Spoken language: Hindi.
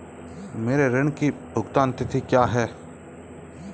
मेरे ऋण की भुगतान तिथि क्या है?